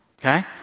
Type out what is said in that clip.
okay